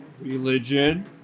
Religion